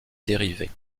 dérivés